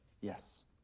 yes